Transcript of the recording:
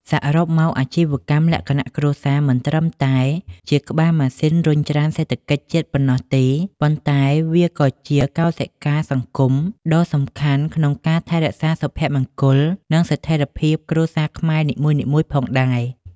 សរុបមក អាជីវកម្មលក្ខណៈគ្រួសារមិនត្រឹមតែជាក្បាលម៉ាស៊ីនរុញច្រានសេដ្ឋកិច្ចជាតិប៉ុណ្ណោះទេ ប៉ុន្តែវាក៏ជាកោសិកាសង្គមដ៏សំខាន់ក្នុងការថែរក្សាសុភមង្គល និងស្ថិរភាពនៃគ្រួសារខ្មែរនីមួយៗផងដែរ។